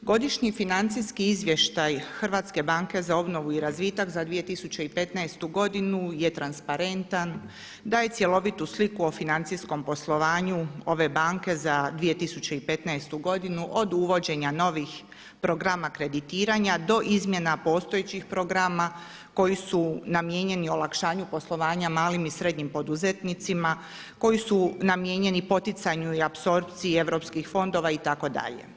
Godišnji financijski izvještaj HBOR i razvitak za 2015. godinu je transparentan, daje cjelovitu sliku o financijskom poslovanju ove banke za 2015. godinu od uvođenja novih programa kreditiranja do izmjena postojećih programa koji su namijenjeni olakšanju poslovanja malim i srednjim poduzetnicima, koji su namijenjeni poticanju i apsorpciji europskih fondova itd.